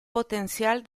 potencial